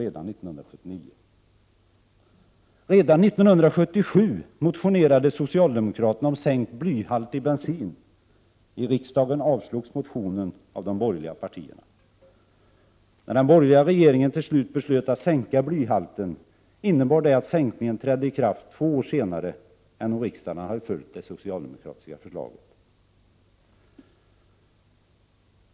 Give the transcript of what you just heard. Redan 1977 motionerade socialdemokraterna om sänkt blyhalt i bensin. I riksdagen avslogs motionen av de borgerliga partierna. När den borgerliga regeringen till slut beslöt att sänka blyhalten, innebar det att sänkningen trädde i kraft två år senare än om riksdagen hade följt det socialdemokratiska förslaget.